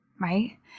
right